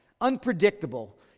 unpredictable